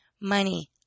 Money